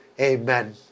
Amen